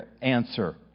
answer